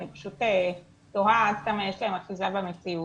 אני פשוט תוהה עד כמה יש להם אחיזה במציאות.